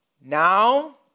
Now